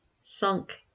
Sunk